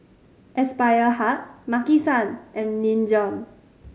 Aspire Hub Maki San and Nin Jiom